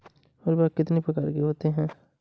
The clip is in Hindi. उर्वरक कितनी प्रकार के होता हैं?